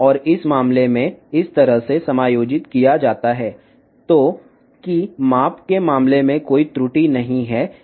మరియు ఇది ఈ సందర్భంలో కొలత విషయంలో ఎటువంటి లోపం లేని విధంగా సర్దుబాటు చేయబడింది